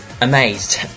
Amazed